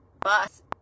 bus